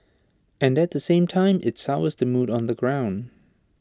and at the same time IT sours the mood on the ground